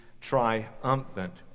triumphant